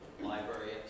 library